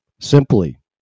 Simply